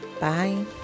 Bye